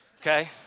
okay